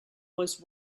was